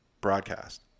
broadcast